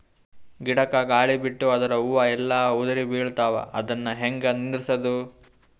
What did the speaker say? ಗಿಡಕ, ಗಾಳಿ ಬಿಟ್ಟು ಅದರ ಹೂವ ಎಲ್ಲಾ ಉದುರಿಬೀಳತಾವ, ಅದನ್ ಹೆಂಗ ನಿಂದರಸದು?